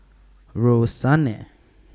Roxane